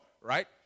Right